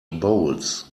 bowls